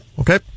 Okay